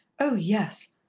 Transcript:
oh, yes!